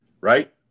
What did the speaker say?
right